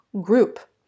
group